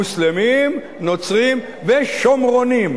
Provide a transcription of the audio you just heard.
מוסלמים, נוצרים ושומרונים.